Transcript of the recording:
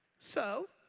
so,